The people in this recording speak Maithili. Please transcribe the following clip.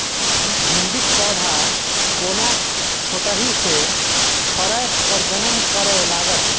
भिंडीक पौधा कोना छोटहि सँ फरय प्रजनन करै लागत?